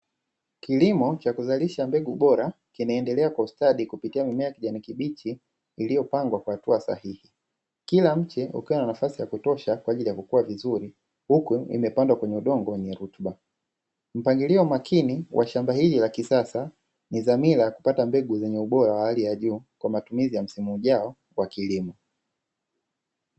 Kilimo cha kuzalisha mbegu bora kinaendelea kustadi kupitia mimea kijani kibichi iliyopangwa kwa hatua sahihi, kila mche ukiwa na nafasi ya kutosha kwa ajili ya kukua vizuri, huku imepandwa kwenye udongo ni rutuba mpangilio makini wa shamba hili la kisasa ni dhamira kupata mbegu zenye ubora wa hali ya juu kwa matumizi ya msimu ujao kwa kilimo.